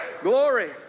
Glory